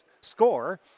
score